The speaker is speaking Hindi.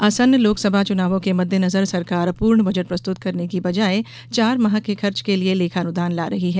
आसन्न लोकसभा चुनावों के मद्देंनजर सरकार पूर्ण बजट प्रस्तुत करने की बजाए चार माह के खर्च के लिये लेखानुदान ला रही है